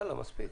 תודה.